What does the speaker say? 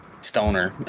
stoner